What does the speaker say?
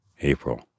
April